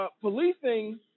Policing